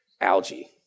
algae